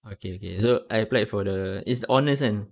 okay okay so I applied for the is honours kan